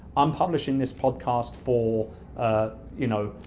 i'm publishing this podcast for you know,